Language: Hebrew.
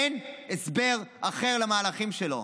אין הסבר אחר למהלכים שלו.